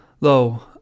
Lo